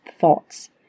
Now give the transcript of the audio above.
thoughts